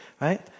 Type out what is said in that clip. right